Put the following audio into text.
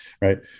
Right